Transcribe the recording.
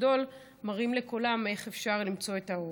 גדול מראים לכולם איך אפשר למצוא את האור.